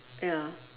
ya